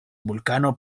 vulkano